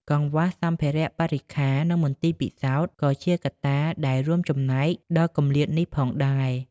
កង្វះសម្ភារៈបរិក្ខារ និងមន្ទីរពិសោធន៍ ក៏ជាកត្តាដែលរួមចំណែកដល់គម្លាតនេះផងដែរ។